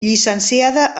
llicenciada